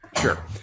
Sure